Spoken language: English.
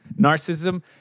narcissism